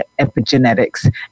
epigenetics